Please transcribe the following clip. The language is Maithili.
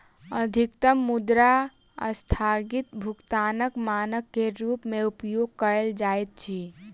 अधिकतम मुद्रा अस्थगित भुगतानक मानक के रूप में उपयोग कयल जाइत अछि